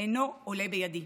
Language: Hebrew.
אינו עולה בידי".